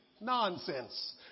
Nonsense